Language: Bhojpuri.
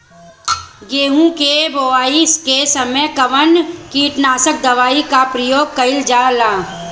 गेहूं के बोआई के समय कवन किटनाशक दवाई का प्रयोग कइल जा ला?